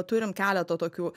turim keletą tokių